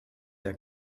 der